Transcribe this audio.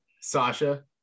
Sasha